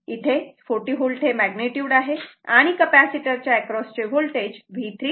तर इथे हे 40 V मॅग्निट्युड आहे आणि या कपॅसिटर च्या अक्रॉस चे होल्टेज V345 V आहे